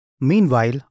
Meanwhile